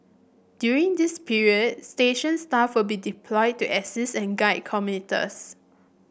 during this period station staff will be deployed to assist and guide commuters